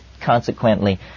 consequently